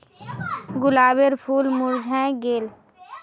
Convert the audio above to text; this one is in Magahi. गुलाबेर फूल मुर्झाए गेल